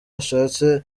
ashatse